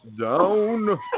down